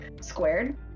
squared